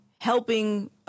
helping